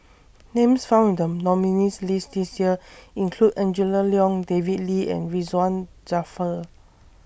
Names found in The nominees' list This Year include Angela Liong David Lee and Ridzwan Dzafir